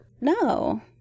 No